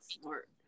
smart